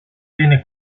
viene